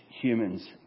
humans